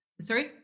sorry